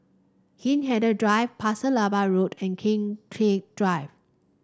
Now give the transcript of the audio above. Hindhede Drive Pasir Laba Road and Kian trick Drive